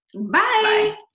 Bye